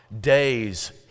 days